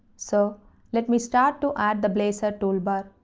so let me start to add the blazor toolbar.